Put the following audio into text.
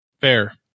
Fair